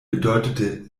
bedeutete